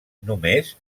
només